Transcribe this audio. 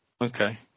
okay